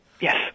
yes